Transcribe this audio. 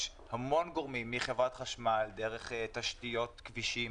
יש המון גורמים מחברת חשמל דרך תשתיות כבישים